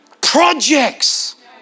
projects